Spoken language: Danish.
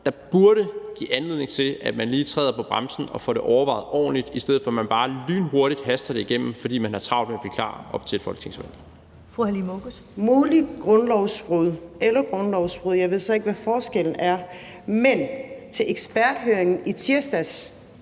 der burde give anledning til, at man lige træder på bremsen og får det overvejet ordentligt, i stedet for at man bare lynhurtigt haster det igennem, fordi man har travlt med at blive klar op til et folketingsvalg.